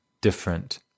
different